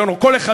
ולשנות